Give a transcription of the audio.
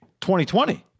2020